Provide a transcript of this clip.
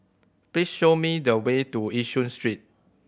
please show me the way to Yishun Street